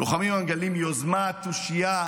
לוחמים המגלים יוזמה, תושייה,